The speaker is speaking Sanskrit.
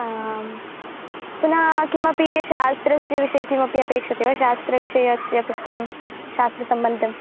आम् पुनः किमपि शास्त्रस्य विषये किमपि अपेक्षते वा शास्त्रविषयस्य पुस्तकं शास्त्रसम्बद्धं